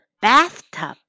bathtub